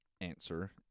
answer